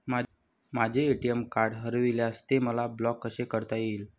माझे ATM card हरविल्यास ते मला ब्लॉक कसे करता येईल?